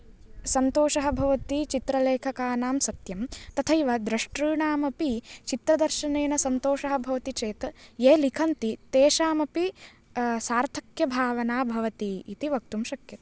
सन्तोषः भवति चित्रलेखकानां सत्यं तथैव द्रष्टॄणामपि चित्रदर्शनेन सन्तोषः भवति चेत् ये लिखन्ति तेषामपि सार्थक्यभावना भवति इति वक्तुं शक्यते